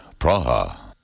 Praha